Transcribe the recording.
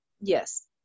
yes